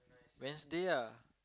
Wednesday lah